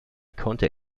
konnte